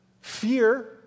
fear